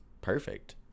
perfect